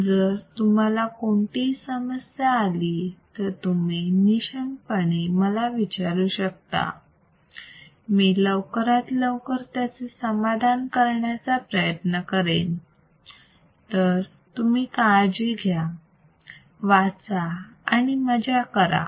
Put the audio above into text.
जर तुम्हाला कोणतीही समस्या आली तर तुम्ही निशंक पणे मला विचारू शकता मी लवकरात लवकर त्यांचे समाधान करण्याचा प्रयत्न करेन तर तुम्ही काळजी घ्या वाचा आणि मजा करा